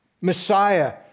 Messiah